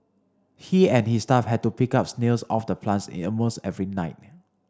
he and his staff have to pick snails off the plants almost every night